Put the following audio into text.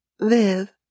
Viv